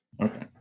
Okay